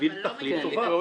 בשביל תכלית טובה.